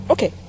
Okay